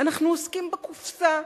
אנחנו עוסקים בקופסה,